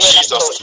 Jesus